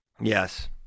Yes